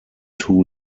two